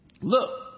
Look